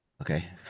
Okay